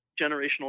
generational